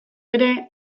ere